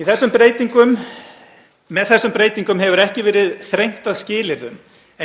Með þessum breytingum hefur ekki verið þrengt að skilyrðum